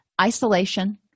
isolation